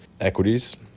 equities